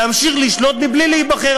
להמשיך לשלוט בלי להיבחר.